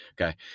Okay